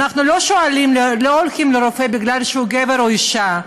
אנחנו לא הולכים לרופא כי הוא גבר או אישה,